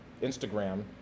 Instagram